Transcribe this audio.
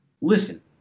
Listen